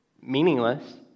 meaningless